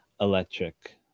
electric